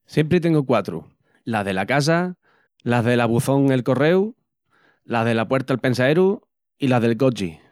Siempri tengu quatru: las dela casa, las del abuçón el correu, las dela puerta'l pensaeru i las del cochi.